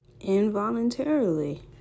Involuntarily